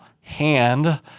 hand